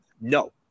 No